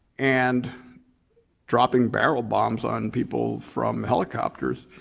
and dropping barrel bombs on people from helicopters,